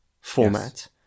format